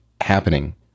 happening